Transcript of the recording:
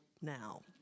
now